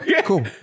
cool